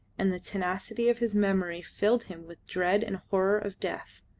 and the tenacity of his memory filled him with dread and horror of death